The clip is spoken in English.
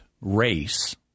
race